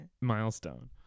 milestone